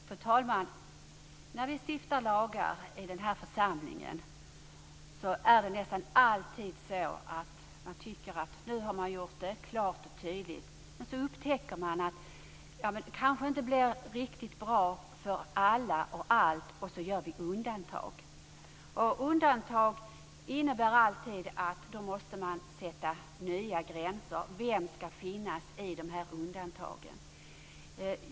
Fru talman! När vi stiftar lagar i den här församlingen är det nästan alltid så att man tycker att man har gjort allt klart och tydligt. Men så upptäcker man att det kanske inte blev riktigt bra för alla och allt, och så gör man undantag. Undantag innebär alltid att man måste sätta nya gränser för vem som ska finnas i dessa undantag.